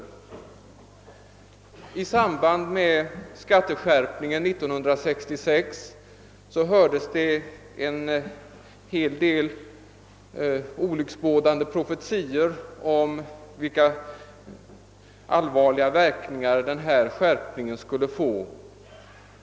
Vid skatteskärpningen 1966 hördes det en hel del olycksbådande profetior om vilka allvarliga verkningar skärpningen skulle få.